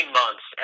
months